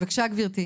בבקשה גברתי.